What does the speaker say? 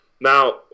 Now